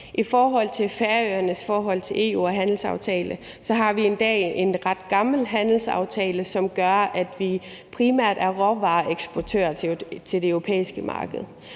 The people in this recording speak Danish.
I forhold til Færøernes forhold til EU og en handelsaftale har vi i dag en ret gammel handelsaftale, som gør, at vi primært er råvareeksportør til det europæiske marked,